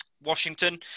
Washington